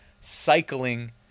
cycling